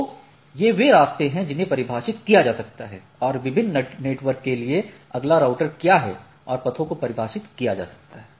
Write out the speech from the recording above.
तो ये वे रास्ते हैं जिन्हें परिभाषित किया जा सकता है और विभिन्न नेटवर्क के लिए अगला राउटर क्या है और पथों को परिभाषित किया जा सकता है